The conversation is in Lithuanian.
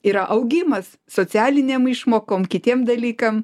yra augimas socialinėm išmokom kitiem dalykam